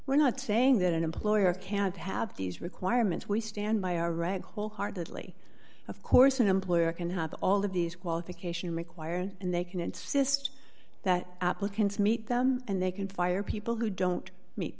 we're not saying that an employer can't have these requirements we stand by our right wholeheartedly of course an employer can have all of these qualification required and they can insist that applicants meet them and they can fire people who don't meet